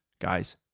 guys